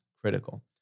critical